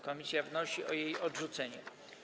Komisja wnosi o jej odrzucenie.